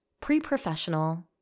pre-professional